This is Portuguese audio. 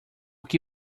que